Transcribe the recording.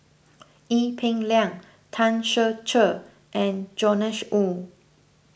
Ee Peng Liang Tan Ser Cher and Joash Moo